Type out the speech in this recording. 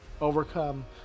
Overcome